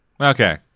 Okay